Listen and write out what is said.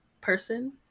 person